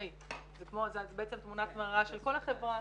זו בעצם תמונת מראה של כל החברה